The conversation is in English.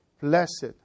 blessed